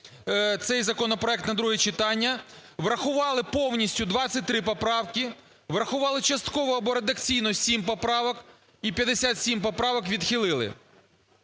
цей законопроект на друге читання, врахували повністю 23 поправки, врахували частково або редакційно 7 поправок і 57 поправок відхилили.